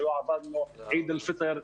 בעיד אל פיטר,